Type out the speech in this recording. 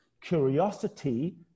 Curiosity